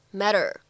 matter